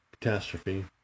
catastrophe